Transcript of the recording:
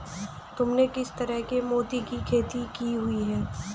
तुमने किस तरह के मोती की खेती की हुई है?